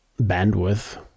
bandwidth